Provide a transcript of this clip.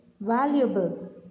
valuable